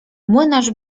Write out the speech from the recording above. młynarz